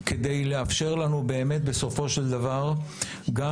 לחוק כדי לאפשר לנו באמת בסופו של דבר גם